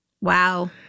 Wow